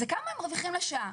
זה כמה הם מרוויחים לשעה.